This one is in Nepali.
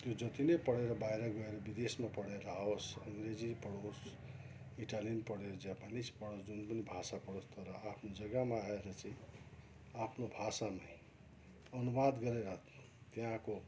त्यो जति नै पढेर बाहिर गोएर विदेशमा पढेर आओस् अङ्ग्रेजी पढोस् इटालियन पढेर जापानिस् पढोस् जुन पनि भाषा पढोस् तर आफ्नो जग्गामा आएर चाहिँ आफ्नो भाषामै अनुवाद गरेर त्यहाँको